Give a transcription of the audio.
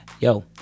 Yo